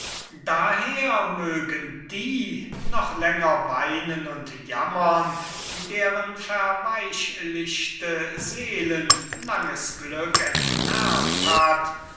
daher mögen die noch länger weinen und jammern deren verweichlichte seelen langes glück entnervt hat